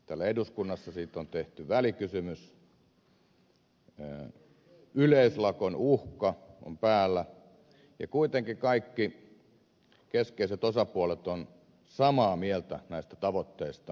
täällä eduskunnassa siitä on tehty välikysymys yleislakon uhka on päällä ja kuitenkin kaikki keskeiset osapuolet ovat samaa mieltä näistä tavoitteista